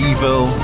Evil